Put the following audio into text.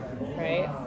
Right